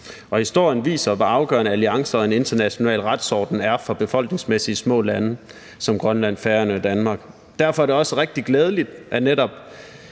historien viser, hvor afgørende alliancer og en international retsorden er for befolkningsmæssigt små lande som Grønland, Færøerne og Danmark. Derfor er det også rigtig glædeligt, at der